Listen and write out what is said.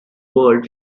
world